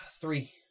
Three